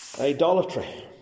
Idolatry